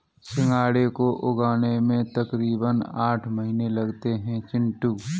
सिंघाड़े को उगने में तकरीबन आठ महीने लगते हैं चिंटू